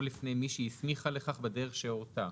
או לפני מי שהסמיכה לכך בדרך שהורתה.."